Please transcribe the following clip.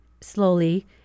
slowly